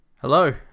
Hello